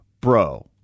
Bro